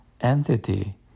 entity